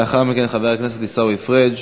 לאחר מכן, חבר הכנסת עיסאווי פריג',